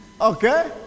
Okay